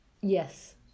Yes